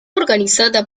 organizada